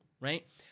Right